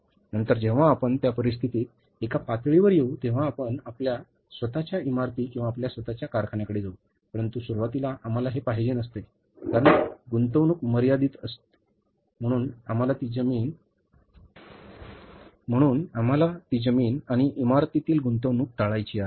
नंतर जेव्हा आपण त्या परिस्थितीत एका पातळीवर येऊ तेव्हा आपण आपल्या स्वत च्या इमारती किंवा आपल्या स्वत च्या कारखान्याकडे जाऊ परंतु सुरुवातीला आम्हाला हे पाहिजे नसते कारण गुंतवणूक मर्यादित आहे म्हणून आम्हाला ती जमीन आणि इमारतीतील गुंतवणूक टाळायची आहे